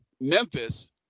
Memphis